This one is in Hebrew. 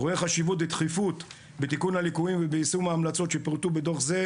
רואה חשיבות ודחיפות בתיקון הליקויים וביישום ההמלצות שפורטו בדוח זה,